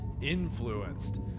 influenced